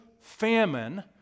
famine